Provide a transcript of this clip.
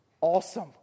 awesome